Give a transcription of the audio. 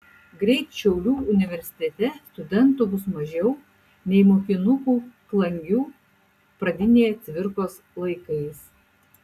greit šiaulių universitete studentų bus mažiau nei mokinukų klangių pradinėje cvirkos laikais